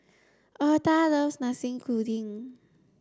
Eartha loves Nasi Kuning